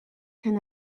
can